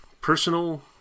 personal